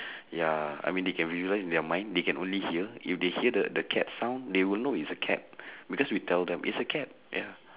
ya I mean they can visualise in their mind they can only hear if they hear the the cat sound they will know it's a cat because we tell them it's a cat ya